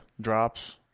drops